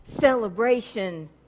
celebration